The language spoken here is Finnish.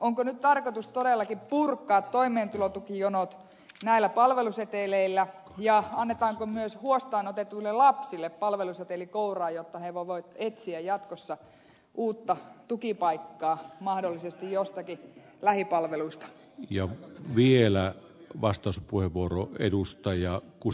onko nyt tarkoitus todellakin purkaa toimeentulotukijonot näillä palveluseteleillä ja annetaanko myös huostaanotetuille lapsille palveluseteli kouraan jotta he voivat etsiä jatkossa uutta tukipaikkaa mahdollisesti jostakin lähipalveluista ja vielä vastauspuheenvuoro edustajaa kun